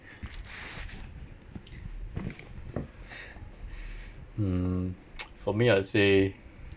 mm for me I would say